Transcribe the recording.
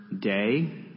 day